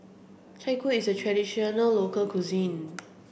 Chai Kuih is a traditional local cuisine